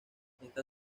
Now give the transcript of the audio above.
está